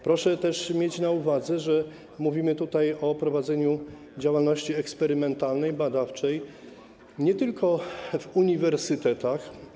Proszę też mieć na uwadze, że mówimy o prowadzeniu działalności eksperymentalnej, badawczej nie tylko w uniwersytetach.